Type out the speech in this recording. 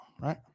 right